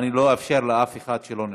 אני לא אאפשר לאף אחד שלא נרשם.